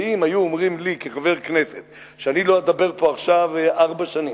ואם היו אומרים לי כחבר כנסת שאני לא אדבר פה עכשיו ארבע שנים,